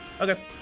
Okay